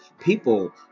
people